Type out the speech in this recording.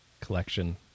collection